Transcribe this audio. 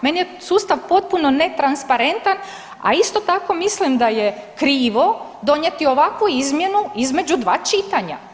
Meni je sustav potpuno netransparentan, a isto tako mislim da je krivo donijeti ovakvu izmjenu između dva čitanja.